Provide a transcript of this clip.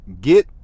Get